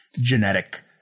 genetic